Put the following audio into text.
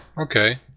okay